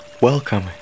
welcome